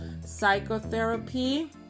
psychotherapy